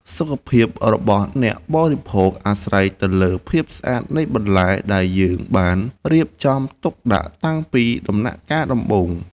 សុខភាពរបស់អ្នកបរិភោគអាស្រ័យទៅលើភាពស្អាតនៃបន្លែដែលយើងបានរៀបចំទុកដាក់តាំងពីដំណាក់កាលដំបូង។